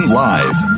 live